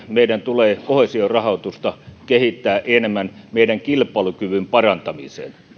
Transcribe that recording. meidän tulee koheesiorahoitusta kehittää enemmän meidän kilpailukykymme parantamiseen